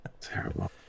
Terrible